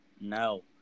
No